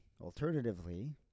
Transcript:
Alternatively